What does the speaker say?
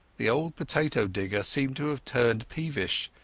the old potato-digger seemed to have turned peevish,